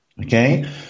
Okay